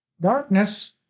Darkness